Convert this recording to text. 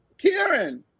Kieran